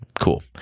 cool